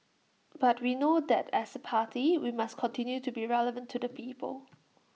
but we know that as A party we must continue to be relevant to the people